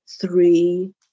three